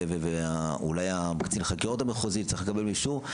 ואולי קצין החקירות המחוזי צריך לקבל אישור,